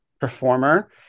performer